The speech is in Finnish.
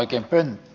saa tulla